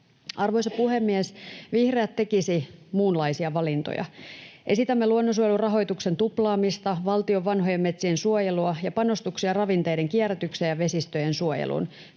Arvoisa puhemies! Vihreät tekisi muunlaisia valintoja. Esitämme luonnonsuojelun rahoituksen tuplaamista, valtion vanhojen metsien suojelua ja panostuksia ravinteiden kierrätykseen ja vesistöjen suojeluun.